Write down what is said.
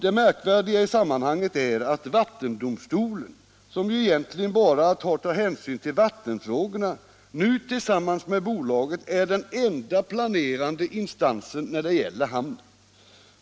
Det märkliga i sammanhanget är att vattendomstolen, som egentligen har att ta hänsyn enbart till vattenfrågorna, nu tillsammans med bolaget är den enda planerande instansen när det gäller hamnen.